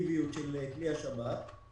אפקטיביות של כלי השב"כ,